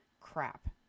crap